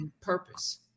purpose